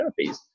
therapies